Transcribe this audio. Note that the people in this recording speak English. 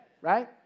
right